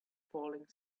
falling